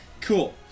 Cool